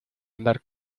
andar